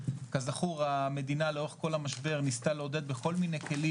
כזכור המדינה לאורך כל המשבר ניסתה לעודד בכל מיני כלים